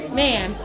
man